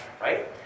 right